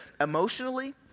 emotionally